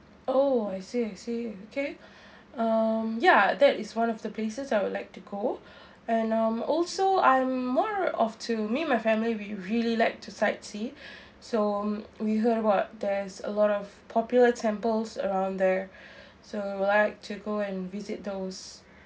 oh I see I see okay um ya that is one of the places I would like to go and um also I'm more of to me and my family we really like to sightsee so we heard about there's a lot of popular temples around there so we like to go and visit those